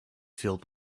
filled